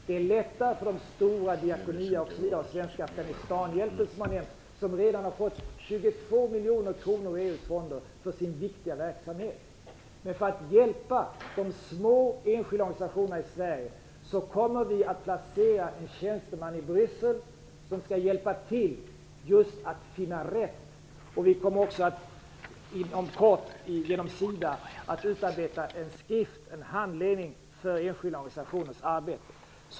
Det är lättare för de stora - Diakonia, SIDA och Svenska Afghanistanhjälpen har nämnts i debatten - som redan har fått 22 miljoner kronor ur EU:s fonder för sin viktiga verksamhet. För att hjälpa de små enskilda organisationerna i Sverige kommer vi att placera en tjänsteman i Bryssel som skall hjälpa till just med att finna rätt. Vi kommer också inom kort att genom SIDA utarbeta en skrift, en handledning för enskilda organisationers arbete.